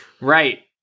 Right